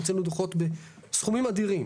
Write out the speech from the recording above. הוצאנו דוחות בסכומים אדירים.